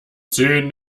zehn